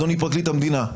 אדוני פרקליט המדינה,